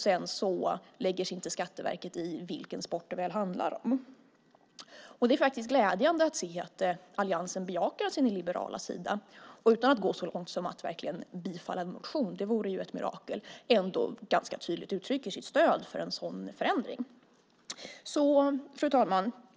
Sedan lägger sig inte Skatteverket i vilken sport det handlar om. Det är glädjande att se att alliansen bejakar sin liberala sida, fastän utan att gå så långt som att bifalla en motion. Det vore ett mirakel. Ändå uttrycker den ganska tydligt sitt stöd för en sådan förändring. Fru talman!